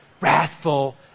wrathful